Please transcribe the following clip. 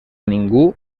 ningú